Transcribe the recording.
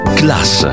class